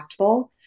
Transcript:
impactful